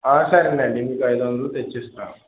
సరేనండి మీకు ఐదొందలు తెచ్చి ఇస్తాను